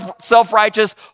self-righteous